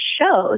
shows